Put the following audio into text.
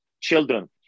children